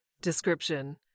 Description